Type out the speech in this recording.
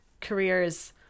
careers